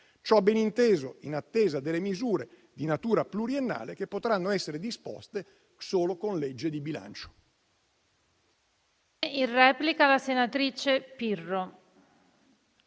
Ciò, beninteso, in attesa delle misure di natura pluriennale che potranno essere disposte solo con legge di bilancio.